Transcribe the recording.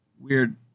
weird